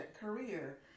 career